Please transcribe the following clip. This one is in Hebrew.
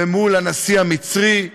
ומול הנשיא המצרי,